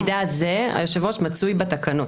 המידע הזה מצוי בתקנות.